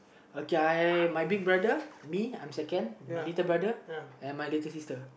okay I my big brother me I'm second my little brother and my little sister